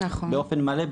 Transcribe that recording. באופן מלא.